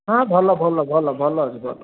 ହଁ ଭଲ ଭଲ ଭଲ ଭଲ ଭଲ ଅଛି ଭଲ